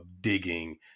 digging